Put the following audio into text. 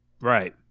Right